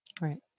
Right